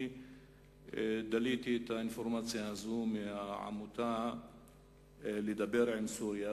אני דליתי את האינפורמציה הזו מהעמותה "לדבר עם סוריה",